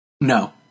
No